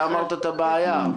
אתה אמרת את הבעיה.